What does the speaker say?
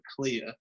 clear